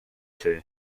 two